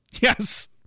Yes